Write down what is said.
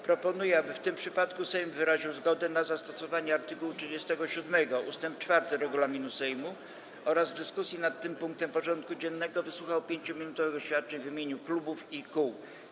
Proponuję, aby w tym przypadku Sejm wyraził zgodę na zastosowanie art. 37 ust. 4 regulaminu Sejmu oraz w dyskusji nad tym punktem porządku dziennego wysłuchał 5-minutowych oświadczeń w imieniu klubów i kół.